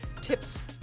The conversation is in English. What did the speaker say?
tips